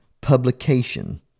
Publication